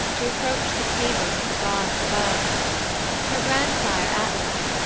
to approach the tables of the gods above her grandsire atlas,